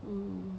mm